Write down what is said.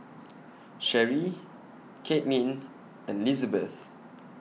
Cherrie Kaitlynn and Lizabeth